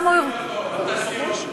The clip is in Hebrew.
אל תסתיר אותו, אל תסתיר אותו.